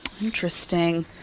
Interesting